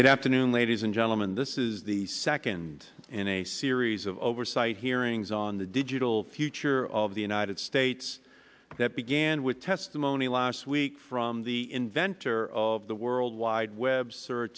good afternoon ladies and gentlemen this is the second in a series of oversight hearings on the digital future of the united states that began with testimony last week from the inventor of the world wide web se